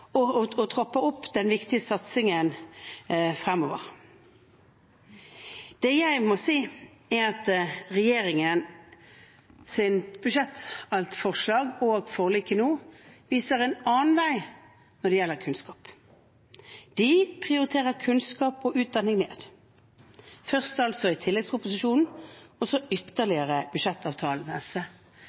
opp den viktige satsingen fremover. Det jeg må si, er at regjeringens budsjettforslag og forliket nå viser en annen vei når det gjelder kunnskap. De prioriterer kunnskap og utdanning ned – først i tilleggsproposisjonen og ytterligere i budsjettavtalen med SV.